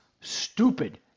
stupid